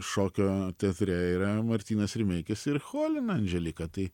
šokio teatre yra martynas rimeikis ir cholina andželika tai